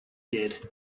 did